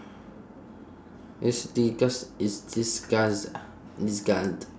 it's disgust it's disgust disgust